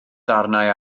darnau